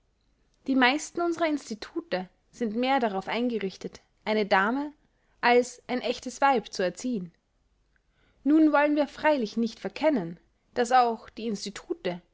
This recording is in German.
die meisten unsrer institute sind mehr darauf eingerichtet eine dame als ein ächtes weib zu erziehen nun wollen wir freilich nicht verkennen daß auch die institute